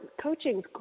coaching